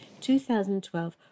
2012